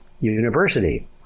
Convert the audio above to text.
University